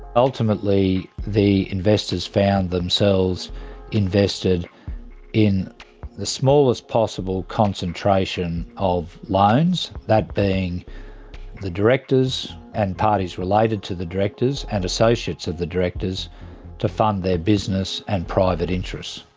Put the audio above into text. ultimately the investors found themselves invested in the smallest possible concentration of loans, that being the directors and parties related to the directors and associates of the directors to fund their business and private interests.